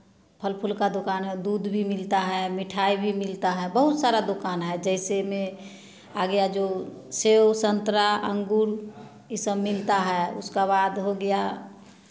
फल फूल का दुकान और दूध भी मिलता है मिठाई भी मिलता है बहुत सारा दुकान है जैसे में आ गया जो सेब संतरा अंगूर यह सब मिलता है उसका बाद हो गया